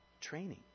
training